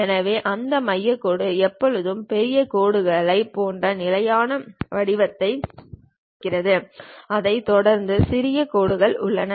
எனவே அந்த மையக் கோடு எப்போதும் பெரிய கோடுகளைப் போன்ற நிலையான வடிவத்தைக் கொண்டிருக்கிறது அதைத் தொடர்ந்து சிறிய கோடுகள் உள்ளன